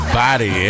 body